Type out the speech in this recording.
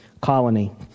colony